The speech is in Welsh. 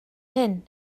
hyn